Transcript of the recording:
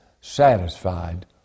satisfied